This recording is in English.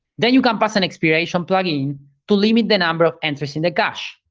then you can pass an expiration plugin to limit the number of entries in the cache.